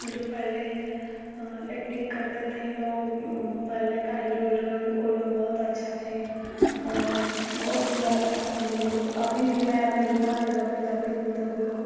जो पहले एक्टिंग करते थे लोग पहले का हीरो हीरोइन वो लोग बहुत अच्छा थे और बहुत सुंदर लगता था मेरे को अभी भी मैं अपने बुआ के घर पर जाती हूँ तो